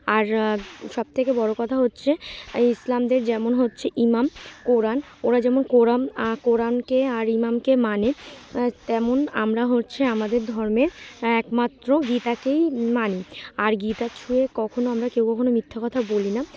আর সবথেকে বড়ো কথা হচ্ছে ইসলামদের যেমন হচ্ছে ইমাম কোরআান ওরা যেমন কোরাম কোরআনকে আর ইমামকে মানে তেমন আমরা হচ্ছে আমাদের ধর্মের একমাত্র গীতাকেই মানি আর গীতা ছুঁয়ে কখনও আমরা কেউ কখনও মিথ্যা কথা বলি না